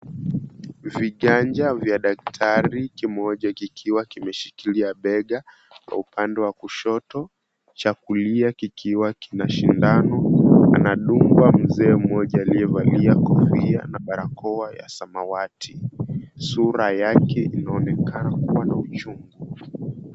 Viganja vya daktari kimoja kikiwa kimeshikilia bega upande wa kushoto, cha kulia kikiwa kina sindano anadungwa mzee mmoja aliyevalia kofia na barakoa ya samawati, sura yake inaonekana kuwa na uchungu.